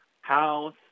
house